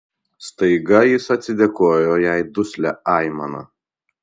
staiga jis atsidėkojo jai duslia aimana